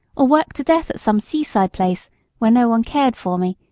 or worked to death at some seaside place where no one cared for me,